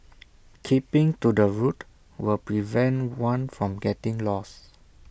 keeping to the route will prevent one from getting lost